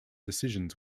decisions